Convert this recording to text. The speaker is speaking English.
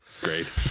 Great